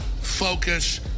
focus